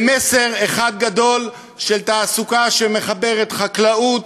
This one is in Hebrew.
במסר אחד גדול של תעסוקה שמחברת חקלאות,